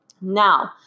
Now